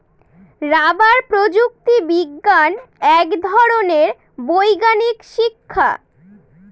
rubber প্রযুক্তি বিজ্ঞান এক ধরনের বৈজ্ঞানিক শিক্ষা